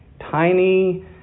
tiny